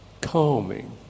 calming